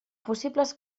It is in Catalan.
possibles